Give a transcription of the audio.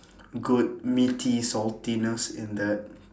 good meaty saltiness in that